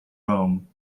rome